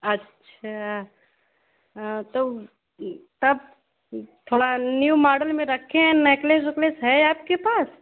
अच्छा तो तब थोड़ा न्यू मॉडल में रखें हें नेकलेस वेकलेस है आपके पास